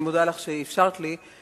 אני מודה לך שאפשרת לי.